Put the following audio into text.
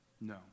no